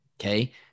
Okay